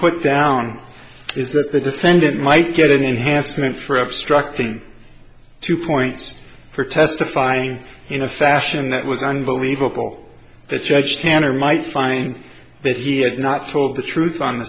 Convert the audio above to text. that the defendant might get an enhancement for obstructing two points for testifying in a fashion that was unbelievable the judge can or might find that he had not told the truth on the